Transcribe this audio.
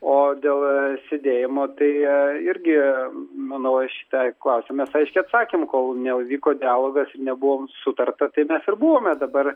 o dėl sėdėjimo tai irgi manau į šitą klausimą mes aiškiai atsakėm kol neįvyko dialogas ir nebuvom sutarta tai mes ir buvome dabar